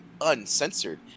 uncensored